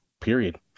period